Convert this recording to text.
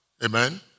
Amen